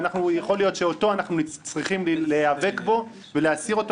שיכול להיות שאנחנו צריכים להיאבק בו ולהסיר אותו.